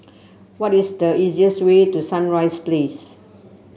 what is the easiest way to Sunrise Place